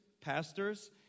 pastors